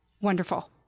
Wonderful